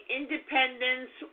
independence